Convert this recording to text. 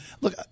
Look